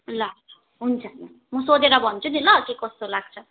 ल हुन्छ ल म सोधेर भन्छु नि ल के कसो लाग्छ